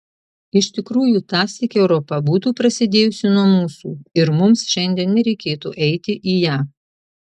iš tikrųjų tąsyk europa būtų prasidėjusi nuo mūsų ir mums šiandien nereikėtų eiti į ją